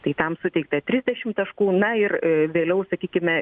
tai tam suteikta trisdešimt taškų na ir vėliau sakykime